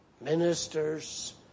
Ministers